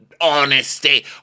Honesty